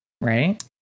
right